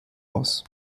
aus